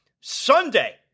Sunday